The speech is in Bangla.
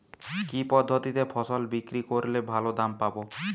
কি পদ্ধতিতে ফসল বিক্রি করলে ভালো দাম পাব?